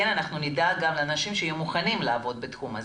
אנחנו נדאג גם לאנשים שיהיו מוכנים לעבוד בתחום הזה.